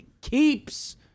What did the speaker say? Keeps